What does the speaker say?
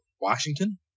Washington